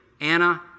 Anna